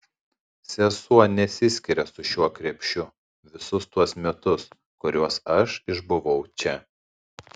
sesuo nesiskiria su šiuo krepšiu visus tuos metus kuriuos aš išbuvau čia